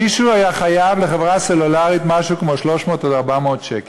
מישהו היה חייב לחברה סלולרית משהו כמו 300 400 שקלים,